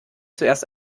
zuerst